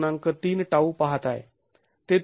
३τ पाहताय